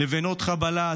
לבנות חבלה,